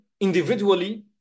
individually